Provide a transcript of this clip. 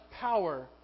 power